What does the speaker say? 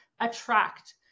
attract